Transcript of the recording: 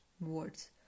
words